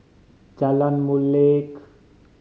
Jalan Molek